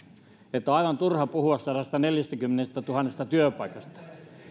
että on aivan turha puhua sadastaneljästäkymmenestätuhannesta työpaikasta